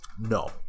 no